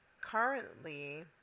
currently